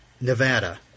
Nevada